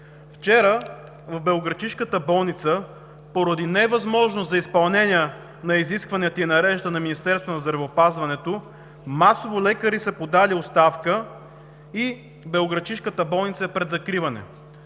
Вчера в белоградчишката болница поради невъзможност за изпълнение на изискванията и нареждането на Министерството на здравеопазването масово лекари са подали оставка и тя е пред закриване.